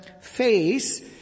face